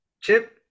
Chip